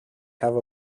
have